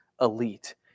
elite